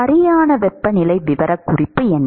சரியான வெப்பநிலை விவரக்குறிப்பு என்ன